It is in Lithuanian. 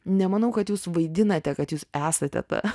nemanau kad jūs vaidinate kad jūs esate ta